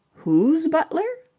whose butler?